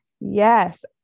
Yes